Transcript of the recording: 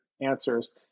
answers